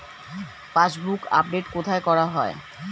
Passbook update কোথায় করা হয়?